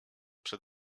przed